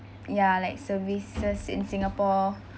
ya like services in singapore